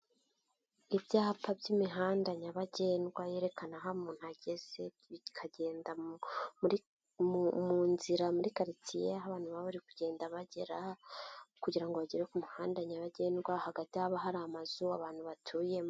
Ibyapa by'imihanda nyabagendwa yerekana aho umuntu ageze, bikagenda mu nzira muri karitsiye aho abantu baba bari kugenda bagera kugira ngo bagere ku muhanda nyabagendwa, hagati haba hari amazu abantu batuyemo.